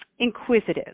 inquisitive